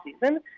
season